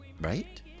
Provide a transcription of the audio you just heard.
Right